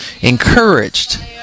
encouraged